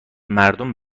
مردم